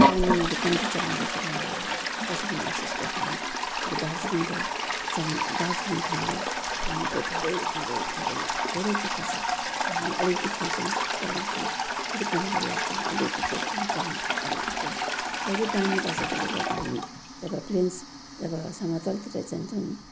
पानी मैले कम्ति चलाउँदैछु भन्ने मलाई कसरी महसुस गर्छु भने अबो दार्जिलिङको समय दार्जिलिङ ठाउँ हो पानीको धेरै धेरै धेरै धेरै दुःख छ र हामी अलिकिति खोल्छौँ चलाउँछौँ फेरि बन्द गरिहाल्छौँ अलिकति खोल्छौँ चलाउँछौँ बन्द गर्छौँ र यो बानी बसेकोले गर्दा हामी जब प्लेन्स जब समतलतिर जान्छौँ नि